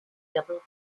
double